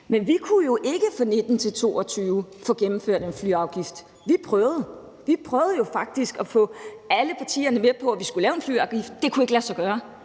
Vi kunne jo ikke 2019-2022 få gennemført en flyafgift. Vi prøvede. Vi prøvede jo faktisk at få alle partierne med på, at vi skulle lave en flyafgift, men det kunne ikke lade sig gøre.